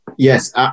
Yes